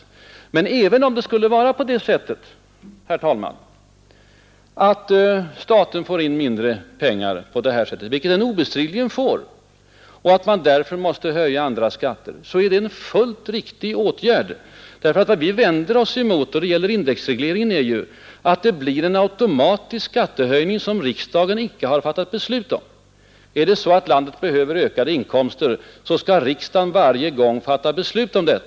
Men, herr talman, även om det är så att staten får in mindre pengar på detta sätt — vilket den obestridligen får — och man därför måste höja andra skatter, så är det en fullt riktig åtgärd. Vad vi vänder oss mot när det gäller indexregleringen är att det blir en automatisk skattehöjning, som riksdagen inte har fattat beslut om. Är det så att landet behöver ökade inkomster, så skall riksdagen varje gång fatta beslut om det.